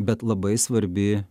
bet labai svarbi